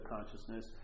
consciousness